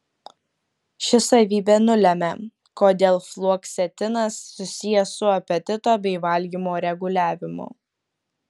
ši savybė nulemia kodėl fluoksetinas susijęs su apetito bei valgymo reguliavimu